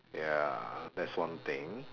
ya that's one thing